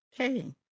Okay